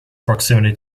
proximity